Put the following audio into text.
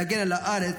להגן על הארץ,